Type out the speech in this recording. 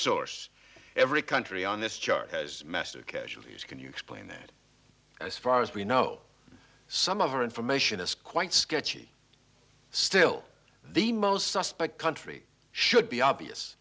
source every country on this chart has mastered casualties can you explain that as far as we know some of our information is quite sketchy still the most suspect country should be obvious